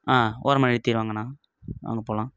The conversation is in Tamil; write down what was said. ஆ ஓரமாக நிறுத்திவிட்டு வாங்கண்ணா வாங்க போகலாம்